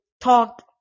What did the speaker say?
talked